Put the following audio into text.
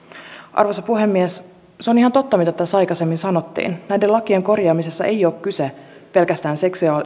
arvoisa puhemies se on ihan totta mitä tässä aikaisemmin sanottiin näiden lakien korjaamisessa ei ole kyse pelkästään